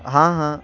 ہاں ہاں